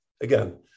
again